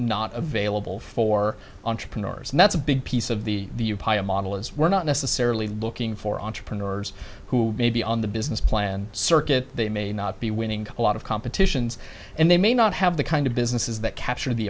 not available for entrepreneurs and that's a big piece of the model is we're not necessarily looking for entrepreneurs who may be on the business plan circuit they may not be winning a lot of competitions and they may not have the kind of businesses that capture the